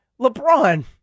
lebron